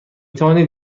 توانید